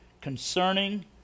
concerning